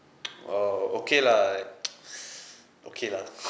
oh okay lah okay lah